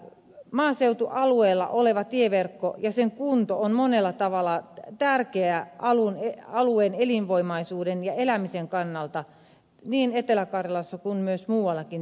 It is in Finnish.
maaseutualueella oleva tieverkko ja sen kunto on monella tavalla tärkeä alueen elinvoimaisuuden ja elämisen kannalta niin etelä karjalassa kuin myös muualla päin suomea